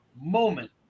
moment